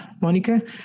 Monica